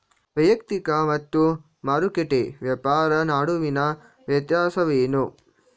ವೈಯಕ್ತಿಕ ಮತ್ತು ಮಾರುಕಟ್ಟೆ ವ್ಯಾಪಾರ ನಡುವಿನ ವ್ಯತ್ಯಾಸವೇನು?